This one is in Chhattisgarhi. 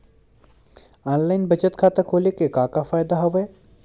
ऑनलाइन बचत खाता खोले के का का फ़ायदा हवय